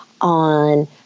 on